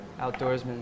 outdoorsman